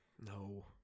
No